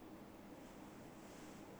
no they didn't get back to me yet